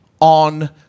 On